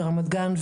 ברמת גן,